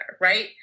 Right